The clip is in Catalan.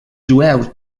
jueus